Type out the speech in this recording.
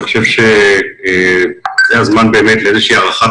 אני חושב שהגיע הזמן לאיזושהי הערכת